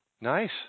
Nice